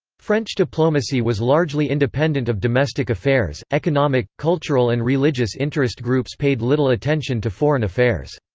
french diplomacy was largely independent of domestic affairs economic, cultural and religious interest groups paid little attention to foreign affairs.